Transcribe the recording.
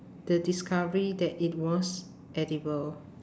the discovery that it was edible